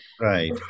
Right